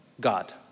God